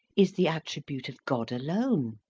is the attribute of god alone.